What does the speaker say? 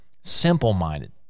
simple-minded